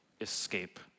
escape